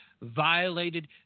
violated